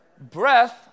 breath